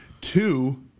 Two